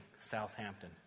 Southampton